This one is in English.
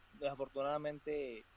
desafortunadamente